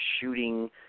shooting